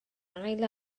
ail